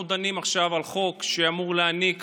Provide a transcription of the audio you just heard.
אנחנו דנים עכשיו על חוק שאמור להעניק